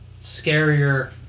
scarier